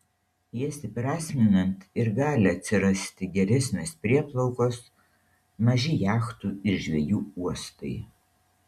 jas įprasminant ir gali atsirasti geresnės prieplaukos maži jachtų ir žvejų uostai